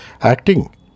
acting